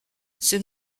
c’est